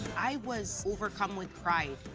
i was overcome with pride.